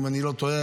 אם אני לא טועה,